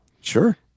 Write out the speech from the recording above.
Sure